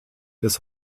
des